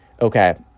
okay